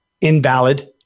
invalid